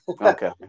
Okay